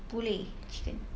boleh chicken